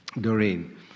Doreen